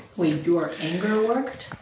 wait. your anger worked?